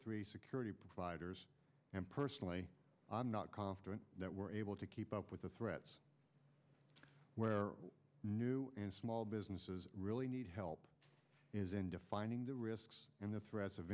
three security providers and personally i'm not confident that we're able to keep up with the threats where new and small businesses really need help is in defining the risks and the threats of